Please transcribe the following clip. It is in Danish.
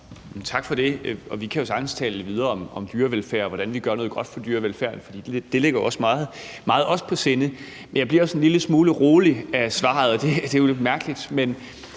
Tak for det. Vi kan jo sagtens tale videre om dyrevelfærd og om, hvordan vi gør noget godt for dyrevelfærden, for det ligger også os meget på sinde. Jeg bliver sådan en lille smule rolig af svaret, og det er lidt mærkeligt,